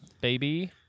baby